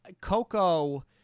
Coco